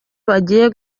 bagiye